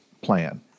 plan